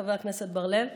חבר הכנסת בר לב,